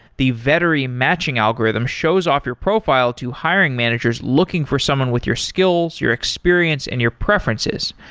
the vettery matching algorithm shows off your profile to hiring managers looking for someone with your skills, your experience and your preferences,